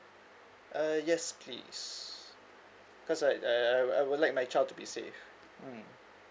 uh yes please cause I I I I would like my child to be safe mm